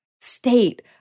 state